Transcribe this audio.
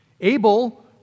Abel